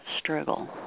struggle